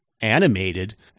animated